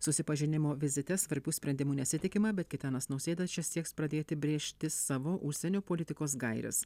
susipažinimo vizite svarbių sprendimų nesitikima bet gitanas nausėda čia sieks pradėti brėžti savo užsienio politikos gaires